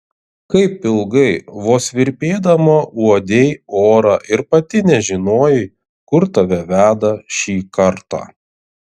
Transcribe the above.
kaip ilgai vos virpėdama uodei orą ir pati nežinojai kur tave veda šį kartą